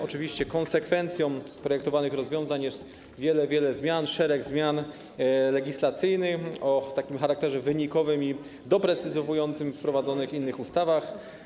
Oczywiście konsekwencją projektowanych rozwiązań jest wiele, wiele zmian, szereg zmian legislacyjnych o charakterze wynikowym i doprecyzowującym wprowadzonych w innych ustawach.